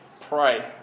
pray